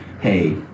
hey